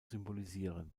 symbolisieren